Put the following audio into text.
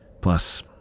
Plus